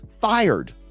fired